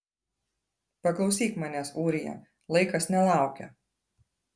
paklausyk manęs ūrija laikas nelaukia